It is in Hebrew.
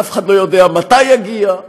ואף אחד לא יודע מתי יגיע,